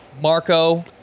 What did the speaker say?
Marco